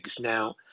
now